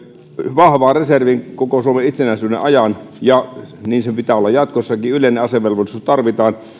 vahvaan reserviin koko suomen itsenäisyyden ajan ja niin sen pitää olla jatkossakin yleinen asevelvollisuus tarvitaan